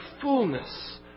fullness